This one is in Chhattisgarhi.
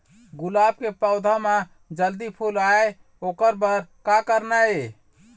गुलाब के पौधा म जल्दी फूल आय ओकर बर का करना ये?